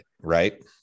right